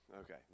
okay